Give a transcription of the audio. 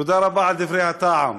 תודה רבה על דברי הטעם,